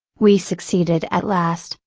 we succeeded at last,